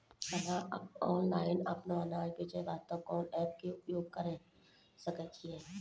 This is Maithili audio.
ऑनलाइन अपनो अनाज बेचे वास्ते कोंन एप्प के उपयोग करें सकय छियै?